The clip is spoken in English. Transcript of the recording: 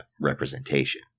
representation